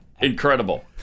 Incredible